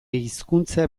hizkuntza